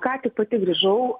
ką tik pati grįžau